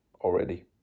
already